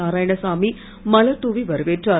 நாராயணசாமி மலர் தூவி வரவேற்றார்